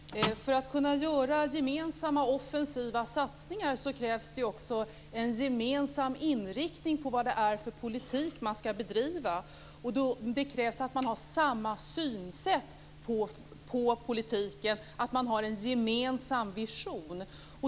Fru talman! För att kunna göra gemensamma offensiva satsningar krävs det ju också en gemensam inriktning på den politik man skall bedriva. Det krävs att man har samma synsätt på politiken och att man har en gemensam vision.